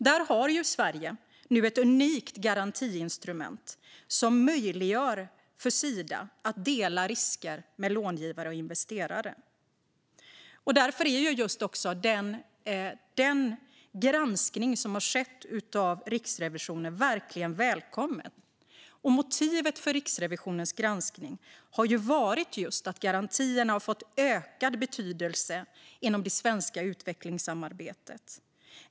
Där har Sverige nu ett unikt garantiinstrument som möjliggör för Sida att dela risker med långivare och investerare. Därför är Riksrevisionens granskning verkligen välkommen. Bedömningen i Riksrevisionens granskning är just att garantierna har fått ökad betydelse inom det svenska utvecklingssamarbetet.